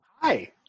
Hi